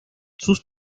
sus